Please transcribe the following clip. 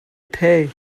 thei